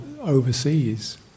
overseas